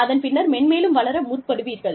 அதன் பின்னர் மென்மேலும் வளர முற்படுவீர்கள்